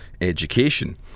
education